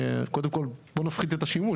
קודם כל בוא נפחית את השימוש,